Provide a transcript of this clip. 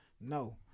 No